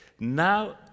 Now